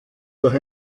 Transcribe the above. durch